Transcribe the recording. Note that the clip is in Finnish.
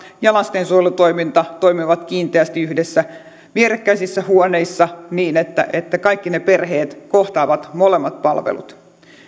ja lastensuojelutoiminta toimivat kiinteästi yhdessä vierekkäisissä huoneissa niin että kaikki ne perheet kohtaavat molemmat palvelut